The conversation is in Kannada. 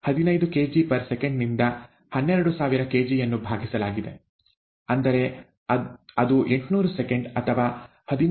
15 ಕೆಜಿಸೆಕೆಂಡ್ನಿಂದ 12000 ಕೆಜಿಯನ್ನು ಭಾಗಿಸಲಾಗಿದೆ ಅಂದರೆ ಅದು 800 ಸೆಕೆಂಡ್ ಅಥವಾ 13